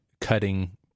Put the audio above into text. cutting